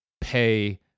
pay